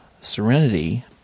Serenity